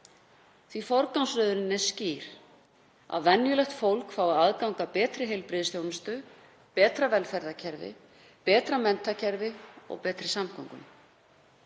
Forgangsröðunin er skýr, að venjulegt fólk fái aðgang að betri heilbrigðisþjónustu, betra velferðarkerfi, betra menntakerfi og betri samgöngum.